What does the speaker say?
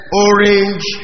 orange